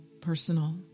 personal